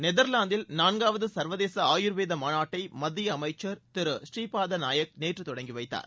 நெதர்லாந்தில் நான்காவது சர்வதேச ஆயுர்வேத மாநாட்டை மத்திய அமைச்சர் திரு ஸ்ரீபத் நாயக் நேற்று தொடங்கிவைத்தார்